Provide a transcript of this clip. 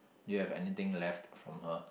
do you have anything left from her